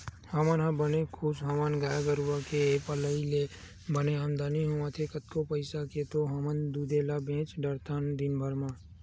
हमन ह बने खुस हवन गाय गरुचा के पलई ले बने आमदानी होवत हे कतको पइसा के तो हमन दूदे ल बेंच डरथन दिनभर म